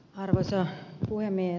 arvoisa puhemies